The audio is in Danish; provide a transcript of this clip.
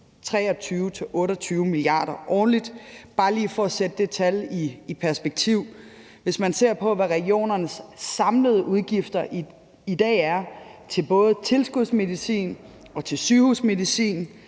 23-28 mia. kr. årligt. For lige at sætte det tal i perspektiv: Hvis man ser på, hvad regionernes samlede udgifter i dag er til både tilskudsmedicin og til sygehusmedicin,